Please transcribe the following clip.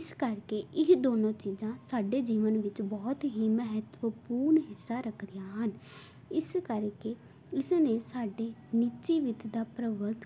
ਇਸ ਕਰਕੇ ਇਹ ਦੋਨੋਂ ਚੀਜ਼ਾਂ ਸਾਡੇ ਜੀਵਨ ਵਿੱਚ ਬਹੁਤ ਹੀ ਮਹੱਤਵਪੂਰਨ ਹਿੱਸਾ ਰੱਖਦੀਆਂ ਹਨ ਇਸ ਕਰਕੇ ਇਸ ਨੇ ਸਾਡੇ ਨਿੱਜੀ ਵਿੱਤ ਦਾ ਪ੍ਰਬੰਧ